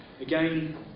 again